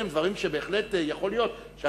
ואלה הם דברים שבהחלט יכול להיות שהמשרד